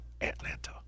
Atlanta